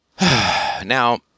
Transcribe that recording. Now